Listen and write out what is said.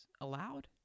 allowed